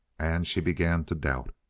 and she began to doubt.